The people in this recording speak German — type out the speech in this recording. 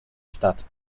statt